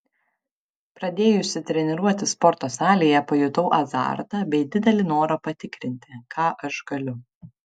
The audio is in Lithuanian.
pradėjusi treniruotis sporto salėje pajutau azartą bei didelį norą patikrinti ką aš galiu